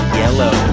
yellow